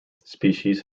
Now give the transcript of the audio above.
species